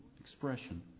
expression